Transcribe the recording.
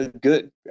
Good